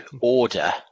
order